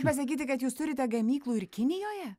pasakyti kad jūs turite gamyklų ir kinijoje